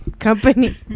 company